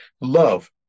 love